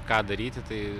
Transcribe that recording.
ką daryti tai